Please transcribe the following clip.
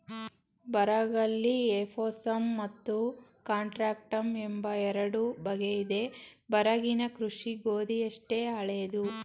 ಬರಗಲ್ಲಿ effusum ಮತ್ತು contractum ಎಂಬ ಎರಡು ಬಗೆಯಿದೆ ಬರಗಿನ ಕೃಷಿ ಗೋಧಿಯಷ್ಟೇ ಹಳೇದು